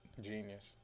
Genius